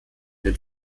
den